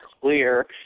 clear